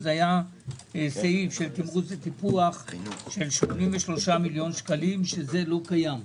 היה סעיף של תמרוץ וטיפוח של 83 מיליון שקלים שזה לא קיים.